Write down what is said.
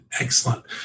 Excellent